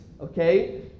okay